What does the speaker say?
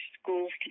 schools